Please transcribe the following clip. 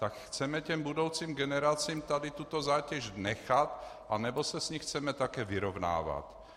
Tak chceme těm budoucím generacím tady tuto zátěž nechat, anebo se s ní chceme také vyrovnávat?